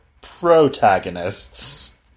protagonists